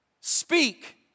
Speak